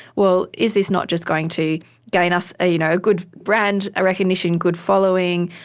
well, is this not just going to gain us you know good brand recognition, good following,